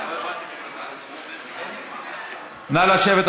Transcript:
נא לשבת.